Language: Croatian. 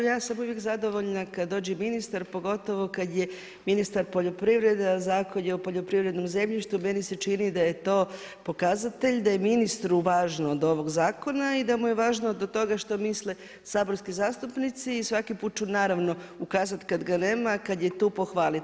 Ja sam uvijek zadovoljna kada dođe ministar, pogotovo kada je ministar poljoprivrede a zakon je o poljoprivrednom zemljištu, meni se čini da je to pokazatelj da je ministru važno do ovog zakona i da mu je važno do toga što misle saborski zastupnici i svaki put ću naravno ukazati kada ga nema a kada je tu pohvaliti.